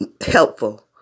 helpful